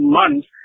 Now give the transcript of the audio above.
months